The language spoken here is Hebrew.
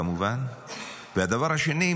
והשני,